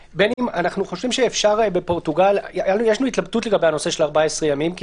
יש לנו התלבטות לגבי הנושא של 14 ימים לגבי פורטוגל,